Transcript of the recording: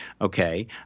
okay